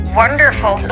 wonderful